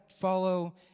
follow